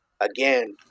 Again